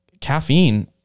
caffeine